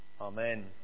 Amen